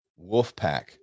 Wolfpack